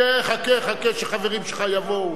חכה, חכה, כשחברים שלך יבואו.